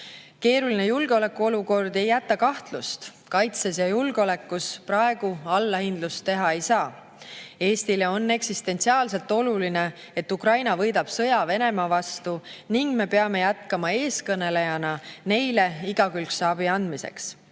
Keeruline julgeolekuolukord ei jäta kahtlust: kaitses ja julgeolekus praegu allahindlust teha ei saa. Eestile on eksistentsiaalselt oluline, et Ukraina võidab sõja Venemaa vastu, ning me peame jätkama eestkõnelejana neile igakülgse abi andmiseks.